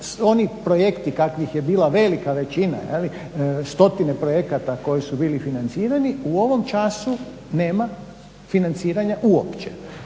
oni projekti kakvih je bila velika većina, stotine projekata koji su bili financirani u ovom času nema financiranja uopće.